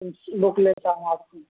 بک لیتا ہوں آپ کی